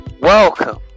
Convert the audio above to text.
Welcome